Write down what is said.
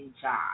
job